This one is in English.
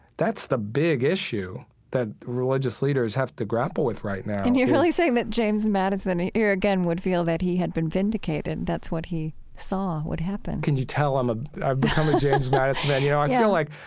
that's the big issue that religious leaders have to grapple with right now and you're really saying that james madison, here again, would feel that he had been vindicated that's what he saw would happen can you tell i'm a i've become a james madison man. you know, i feel like,